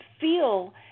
feel